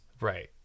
Right